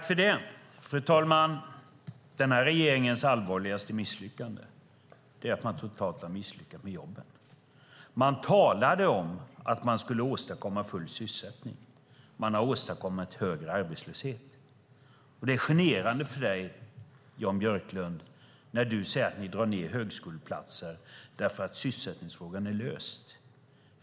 Fru talman! Den här regeringens allvarligaste misslyckande är att man totalt har misslyckats med jobben. Man talade om att man skulle åstadkomma full sysselsättning; man har åstadkommit högre arbetslöshet. Det är generande för dig, Jan Björklund, när du säger att ni drar ned på antalet högskoleplatser för att sysselsättningsfrågan är löst.